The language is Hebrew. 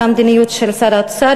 של המדיניות של שר האוצר,